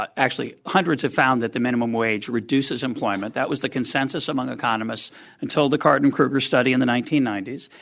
but actually hundreds have found that the minimum wage reduces employment. that was the consensus among economists until the card and krueger study in the nineteen ninety s.